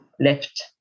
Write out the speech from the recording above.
left